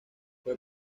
fue